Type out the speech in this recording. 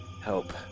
help